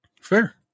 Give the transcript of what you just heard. Fair